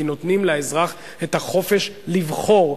כי נותנים לאזרח את החופש לבחור.